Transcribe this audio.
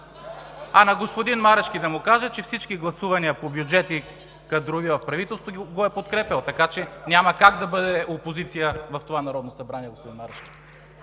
А на господин Марешки да му кажа, че всички гласувания по бюджети, кадрови в правителството, ги е подкрепял, така че няма как да бъде опозиция в това Народно събрание. (Ръкопляскания